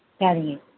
சரிங்க